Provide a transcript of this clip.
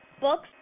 books